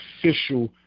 official